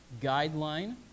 guideline